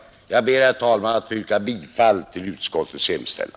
Jag ber, herr talman, att få yrka bifall till utskottets hemställan.